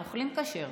אוכלים כשר,